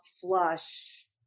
flush